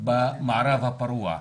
במערב הפרוע.